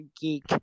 geek